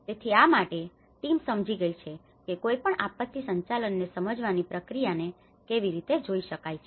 તેથી આ માટે ટીમ સમજી ગઈ છે કે કોઈપણ આપત્તિ સંચાલનને સમજવાની પ્રક્રિયાને કેવી રીતે જોઈ શકાય છે